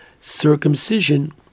circumcision